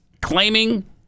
Claiming